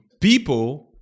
people